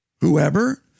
whoever